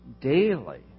daily